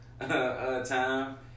time